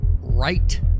right